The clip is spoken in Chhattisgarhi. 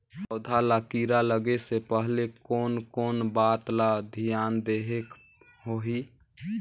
पौध ला कीरा लगे से पहले कोन कोन बात ला धियान देहेक होही?